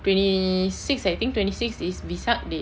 twenty six I think twenty six is vesak day